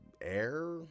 air